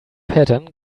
pattern